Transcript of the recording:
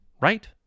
right